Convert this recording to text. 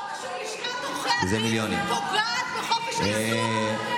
לשכת עורכי הדין פוגעת בחופש העיסוק,